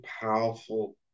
powerful